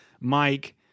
Mike